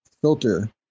filter